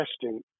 testing